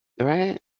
right